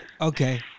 Okay